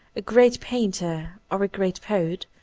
a great painter, or a great poet,